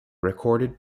recorded